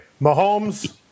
mahomes